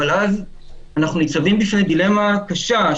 אבל אז אנחנו ניצבים בפני דילמה קשה,